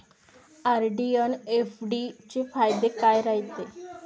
RD अन FD चे फायदे काय रायते?